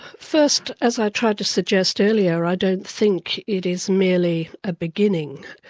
first, as i tried to suggest earlier, i don't think it is merely a beginning.